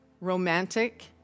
romantic